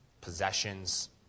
possessions